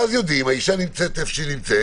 ואז יודעים שהאישה נמצאת איפה שהיא נמצאת